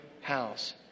house